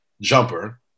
jumper